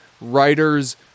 Writers